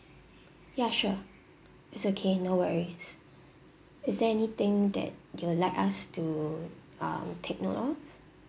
ya sure it's okay no worries is there anything that you would like us to um take note of